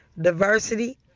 diversity